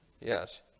Yes